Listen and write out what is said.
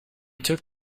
took